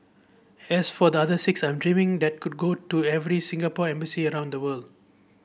as for the other six I'm dreaming that could go to every Singapore embassy around the world